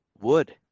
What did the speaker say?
wood